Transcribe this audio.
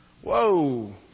Whoa